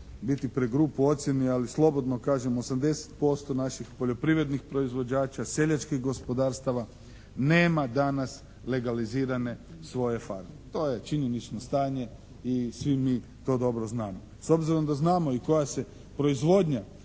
biti pregrub u ocjeni ali slobodno kažem 80% naših poljoprivrednih proizvođača, seljačkih gospodarstava nema danas legalizirane svoje farme. To je činjenično stanje i svi mi to dobro znamo. S obzirom da znamo i koja se proizvodnja